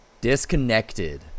Disconnected